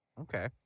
Okay